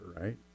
right